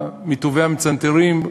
מטובי המצנתרים,